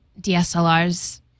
DSLRs